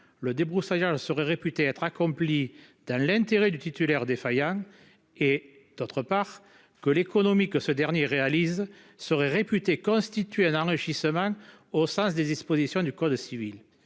le débroussaillant serait réputé être accomplie dans l'intérêt du titulaire défaillant et d'autre part que l'économie que ce dernier réalise serait réputée constitue un enrichissement au sens des dispositions du code civil,